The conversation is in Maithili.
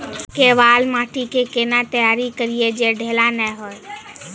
केवाल माटी के कैना तैयारी करिए जे ढेला नैय हुए?